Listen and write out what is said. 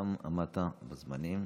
גם עמדת בזמנים.